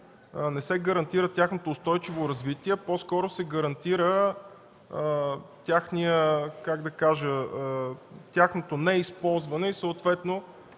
не се гарантира тяхното устойчиво развитие, а по-скоро се гарантира тяхното неизползване и съответно